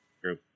True